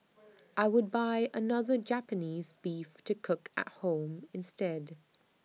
I would buy another Japanese Beef to cook at home instead